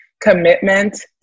commitment